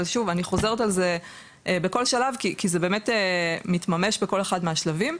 ושוב אני חוזרת על זה בכל שלב כי זה באמת מתממש בכל אחד מהשלבים.